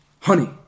honey